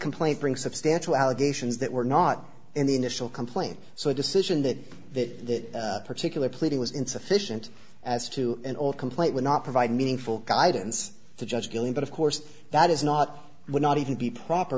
complaint bring substantial allegations that were not in the initial complaint so a decision that that particular pleading was insufficient as to in all complaint would not provide meaningful guidance to judge again but of course that is not would not even be proper